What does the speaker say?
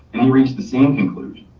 and he reached the same conclusion,